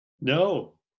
no